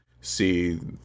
see